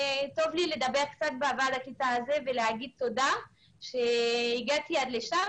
טוב לי לדבר באהבה על הקטע הזה ולומר תודה שהגעתי עד לכאן.